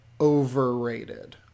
overrated